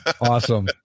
Awesome